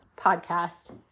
podcast